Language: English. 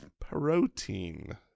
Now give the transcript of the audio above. protein